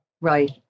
Right